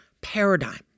paradigm